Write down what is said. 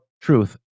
truth